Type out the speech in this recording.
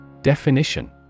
Definition